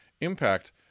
impact